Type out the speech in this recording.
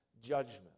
judgment